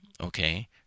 okay